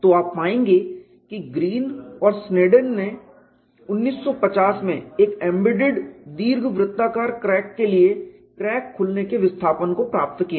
तो आप पायेंगे कि ग्रीन और स्नेडन ने 1950 में एक एम्बेडेड दीर्घवृत्ताकार क्रैक के लिए क्रैक खुलने के विस्थापन को प्राप्त किया